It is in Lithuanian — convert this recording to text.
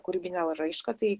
kūrybinę raišką tai